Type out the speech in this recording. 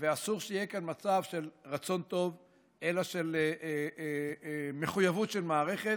ואסור שיהיה כאן מצב של רצון טוב אלא של מחויבות של מערכת.